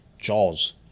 Jaws